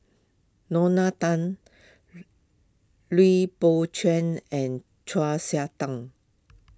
Lorna Tan Lui Pao Chuen and Chau Sik Tang